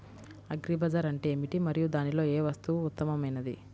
Agri bazaar అంటే ఏమిటి మరియు దానిలో ఏ వస్తువు ఉత్తమమైనది?